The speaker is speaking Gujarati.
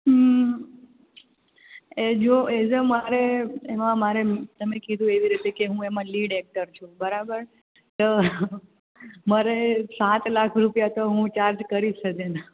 હમ એ જો એઝ અ મારે એમાં મારે તમે કીધું એવી રીતે કે હુ એમાં લીડ એક્ટર છું બરાબર તો મારે સાત લાખ રૂપિયા તો હું ચાર્જ કરીશ જ એના